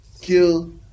kill